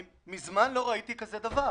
מזמן לא ראיתי כזה דבר.